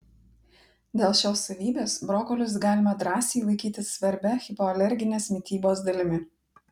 dėl šios savybės brokolius galima drąsiai laikyti svarbia hipoalerginės mitybos dalimi